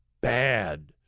bad